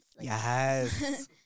Yes